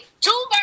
two